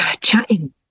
chatting